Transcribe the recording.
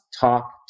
talk